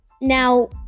Now